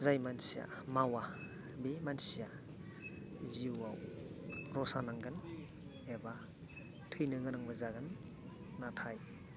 जाय मानसिया मावा बे मानसिया जिउआव र'सा नांगोन एबा थैनो गोनांबो जागोन नाथाय